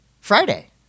Friday